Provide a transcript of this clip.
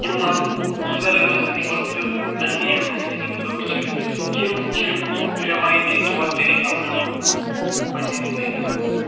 یِم نو بُزرٕگ نسلہِ ہِنٛدۍ تہٕ درمَیٲنی نسلہِ ہٕنٛدۍ لُکھ چھِ یِم چھِ ریٚوٲیتی طور تریٖقہٕ اَپناوان پَنٕنہِ زنٛدگی منٛز